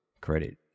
Credit